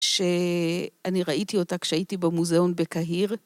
שאני ראיתי אותה כשהייתי במוזיאון בקהיר.